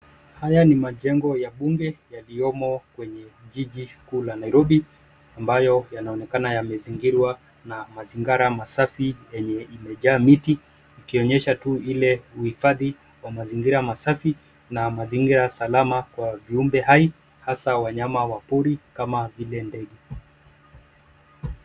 Haya ni majengo ya bunge yaliyomo kwenye jiji kuu la Nairobi ambayo yanaonekana yamezingirwa na mazingi ra masafi yenye imejaa miti ikionyesha tu ile uhifadhi wa mazingira masafi na mazingira salama kwa viumbe hai hasa wanyama wa pori kama vile ndege.